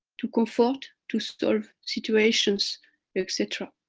to comfort, to solve situations etc.